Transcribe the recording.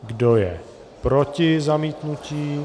Kdo je proti zamítnutí?